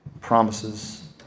promises